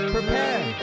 Prepare